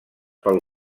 pel